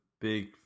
big